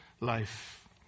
life